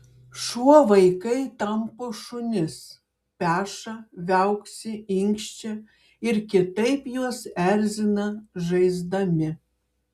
šuo vaikai tampo šunis peša viauksi inkščia ir kitaip juos erzina žaisdami